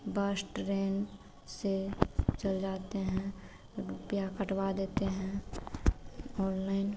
बस ट्रेन से चल जाते हैं और रुपया कटवा देते हैं ओनलाइन